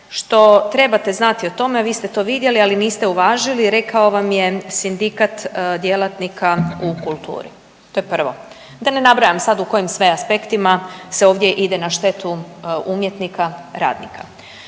što trebate znati o tome vi ste to vidjeli, ali niste uvažili rekao vam je sindikat djelatnika u kulturi, to je prvo, da ne nabrajam u kojim sve aspektima se ovdje ide na štetu umjetnika radnika.